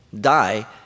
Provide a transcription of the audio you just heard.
die